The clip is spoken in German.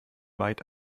weit